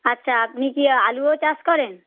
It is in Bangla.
আচ্ছা আপনি কি আলুও চাষ করেন